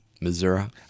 Missouri